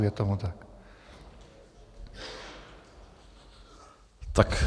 Je tomu tak.